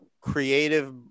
creative